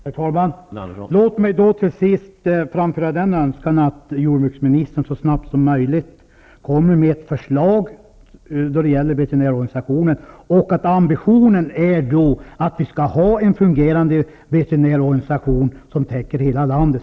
Herr talman! Låt mig till sist framföra en önskan att jordbruksministern så snabbt som möjligt kommer med ett förslag om veterinärorganisationen och att ambitionen då är att vi skall ha en fungerande veterinärorganisation som täcker hela landet.